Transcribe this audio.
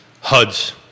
HUD's